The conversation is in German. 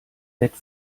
bett